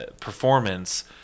performance